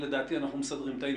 לדעתי אנחנו מסדרים את העניין הזה.